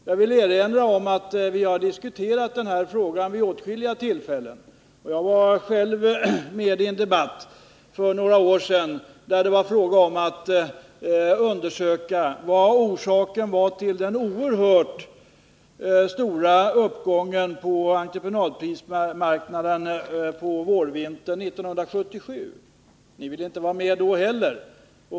Jag vill erinra om att vi har diskuterat den här frågan vid åtskilliga tillfällen. Jag var med i en debatt för några år sedan där det var fråga om att undersöka vad orsaken var till den oerhört stora uppgången på entreprenadprismarknaden på vårvintern 1977. Ni ville inte vara med då heller.